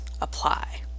apply